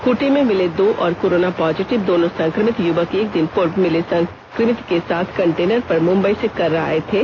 खूंटी में मिले दो और कोरोना पोजिटिव दोनों संक्रमित युवक एक दिन पूर्व मिले संक्रमित के साथ कंटेनर पर मुम्बई से कर्रा आये थे